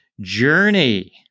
journey